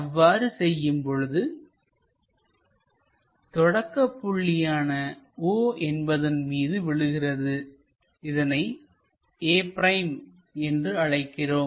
அவ்வாறு செய்யும் பொழுது தொடக்க புள்ளியான o என்பதன் மீது விழுகிறது இதனை a' என்று அழைக்கிறோம்